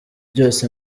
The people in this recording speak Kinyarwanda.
byose